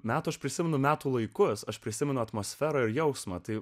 meto prisimenu metų laikus aš prisimenu atmosferą ir jausmą tai